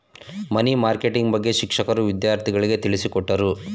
ಮನಿ marketing ಬಗ್ಗೆ ಶಿಕ್ಷಕರು ವಿದ್ಯಾರ್ಥಿಗಳಿಗೆ ತಿಳಿಸಿಕೊಟ್ಟರು